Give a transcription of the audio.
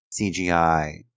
CGI